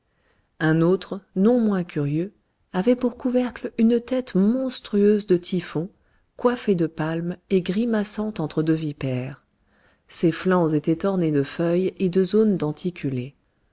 un autre non moins curieux avait pour couvercle une tête monstrueuse de typhon coiffée de palmes et grimaçant entre deux vipères ses flancs étaient ornés de feuilles et de zones